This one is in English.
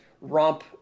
romp